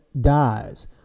dies